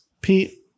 Pete